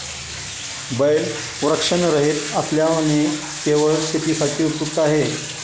बैल वृषणरहित असल्याने केवळ शेतीसाठी उपयुक्त आहे